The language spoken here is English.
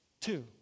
Two